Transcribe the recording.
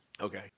Okay